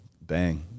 bang